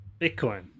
bitcoin